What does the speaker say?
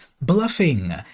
bluffing